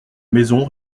maison